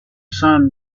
sun